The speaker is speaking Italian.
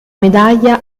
medaglia